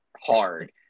hard